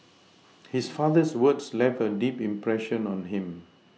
his father's words left a deep impression on him